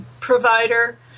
provider